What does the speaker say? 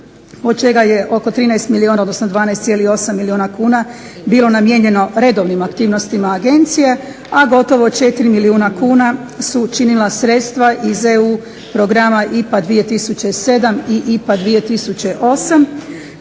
od čega je 12,8 milijuna kuna bilo namijenjeno redovnim aktivnostima Agencije a gotovo 4 milijuna kuna su činila sredstva iz EU programa IPA 2007 i IPA 2008.